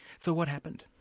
so what happened?